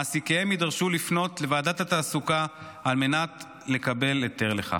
מעסיקיהם יידרשו לפנות לוועדת התעסוקה על מנת לקבל היתר לכך.